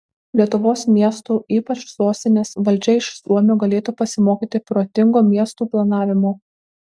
lietuvos miestų ypač sostinės valdžia iš suomių galėtų pasimokyti protingo miestų planavimo